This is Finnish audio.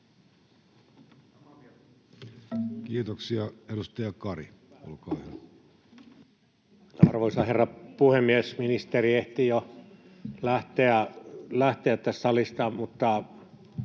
Kiitoksia. — Edustaja Kari, olkaa hyvä. Arvoisa herra puhemies! Ministeri ehti jo lähteä tästä salista, mutta